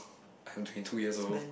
I'm twenty two years old